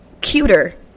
cuter